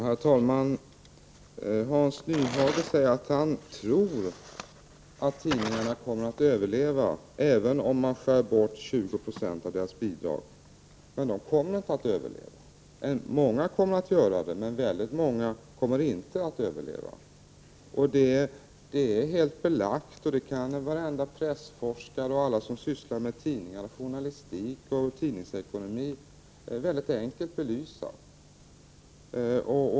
Herr talman! Hans Nyhage säger att han tror att tidningarna kommer att överleva även om man skär bort 20 96 av deras bidrag. Men de kommer inte att överleva. Många kommer att göra det, men väldigt många kommer inte att överleva. Det är helt belagt. Det kan varenda pressforskare och alla som sysslar med tidningar och journalistik och tidningarnas ekonomi väldigt enkelt belysa.